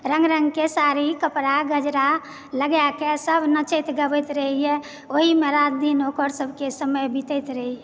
रङ्ग रङ्गके साड़ी कपड़ा गजरा लगा कऽ सब नचैत गबैत रहैया ओहिमे राति दिन ओकर सबके समय बितैत रहैया